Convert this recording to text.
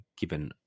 given –